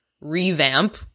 revamp